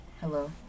Hello